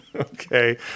Okay